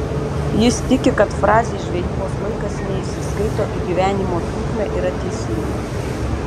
jis tiki kad frazė žvejybos laikas neįsiskaito į gyvenimo trukmę yra teisinga